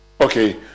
Okay